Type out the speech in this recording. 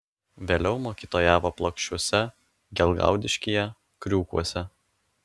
vėliau mokytojavo plokščiuose gelgaudiškyje kriūkuose